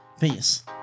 peace